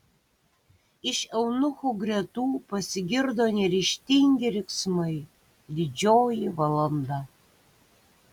iš eunuchų gretų pasigirdo neryžtingi riksmai didžioji valanda